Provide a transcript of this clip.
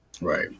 Right